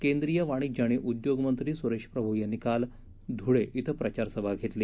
केंद्रीय वाणिज्य आणि उद्योग मंत्री सुरेश प्रभू यांनी काल धुळे इथं प्रचार सभा घेतली